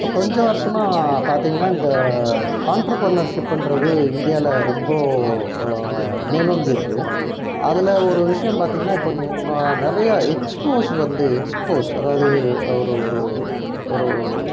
கொஞ்சம் வருசமாக பார்த்திங்கன்னா இந்த ஆன்ட்ரபர்னர்ஷிப்புன்கிறது இந்தியாவில ரொம்ப மேலோங்கி இருக்கு அதில் ஒரு விஷயம் பார்த்திங்கன்னா இப்போ நிறையா எக்ஸ்போஸ் வந்து எக்ஸ்போஸ் அதாவது ஒரு ஒரு ஒரு